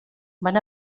van